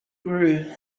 grew